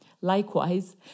Likewise